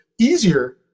easier